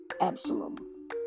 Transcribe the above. Absalom